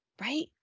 right